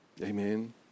Amen